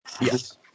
Yes